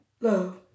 love